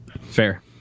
Fair